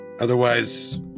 Otherwise